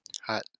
Hot